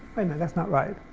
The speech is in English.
that's not right.